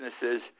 businesses